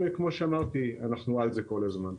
וכמו שאמרתי אנחנו על זה כל הזמן.